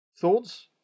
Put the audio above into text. Thoughts